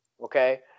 Okay